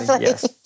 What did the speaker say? yes